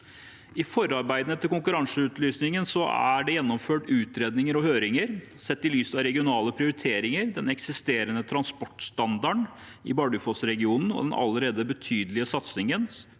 I forarbeidene til konkurranseutlysningen er det gjennomført utredninger og høringer. Sett i lys av regionale prioriteringer, den eksisterende transportstandarden i Bardufoss-regionen og den allerede betydelige satsingen